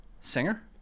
singer